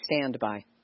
standby